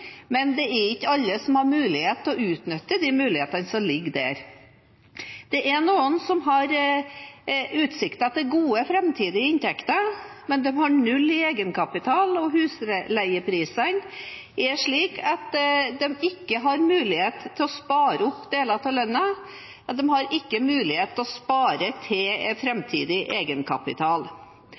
men det er ikke alle som har mulighet til å utnytte de mulighetene som ligger der. Det er noen som har utsikter til gode framtidige inntekter, men de har null i egenkapital, og husleieprisene er slik at de ikke har mulighet til å spare opp deler av lønna, de har ikke mulighet til å spare til framtidig egenkapital.